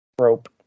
rope